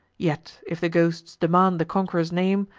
yet, if the ghosts demand the conqu'ror's name,